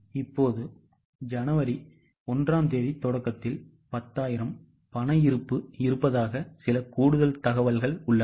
இப்போது ஜனவரி 1 ஆம் தேதி தொடக்கத்தில் 10000 பண இருப்பு இருப்பதாக சில கூடுதல் தகவல்கள் உள்ளன